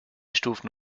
stufen